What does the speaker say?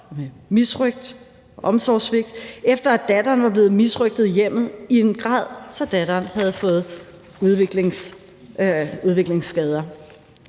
vold, misrøgt og omsorgssvigt, efter at datteren var blevet misrøgtet i hjemmet i en grad, så hun havde fået udviklingsskader.